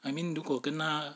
I mean 如果跟他